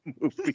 movie